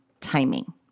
timing